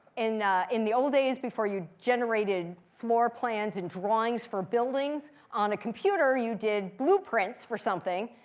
in in the old days before you generated floor plans and drawings for buildings, on a computer you did blueprints for something.